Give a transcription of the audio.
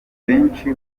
benshi